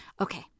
Okay